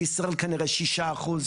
בישראל כנראה שישה אחוז,